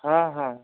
ହଁ ହଁ